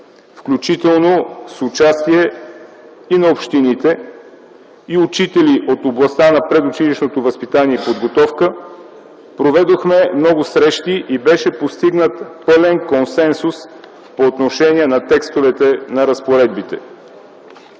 включително с участие на общините и учители от областта на предучилищното възпитание и подготовка. Проведохме много срещи. Беше постигнат пълен консенсус по отношение на текстовете на разпоредбите.